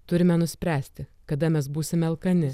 turime nuspręsti kada mes būsime alkani